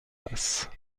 masse